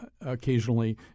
occasionally